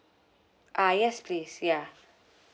uh yes please ya